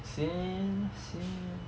since sin~